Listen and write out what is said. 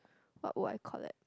what would I collect